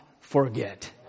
forget